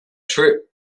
trip